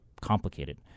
complicated